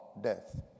death